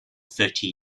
thirty